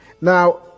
Now